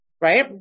right